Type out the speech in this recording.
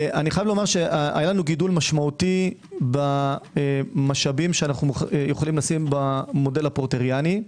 היה לנו גידול משמעותי במשאבים שאנו יכולים לשים במודל הפורטריאני.